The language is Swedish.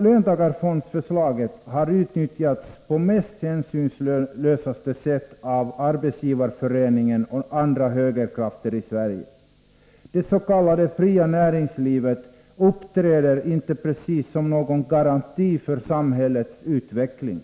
Löntagarfondsförslaget har utnyttjats på det mest hänsynslösa sätt av Arbetsgivareföreningen och andra högerkrafter i Sverige. Det s.k. fria näringslivet uppträder inte precis som någon garanti för samhällets utveckling.